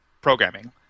programming